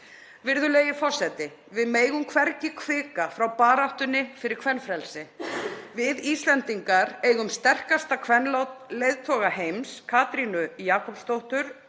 Virðulegi forseti. Við megum hvergi hvika frá baráttunni fyrir kvenfrelsi. Við Íslendingar eigum sterkasta kvenleiðtoga heims, Katrínu Jakobsdóttur,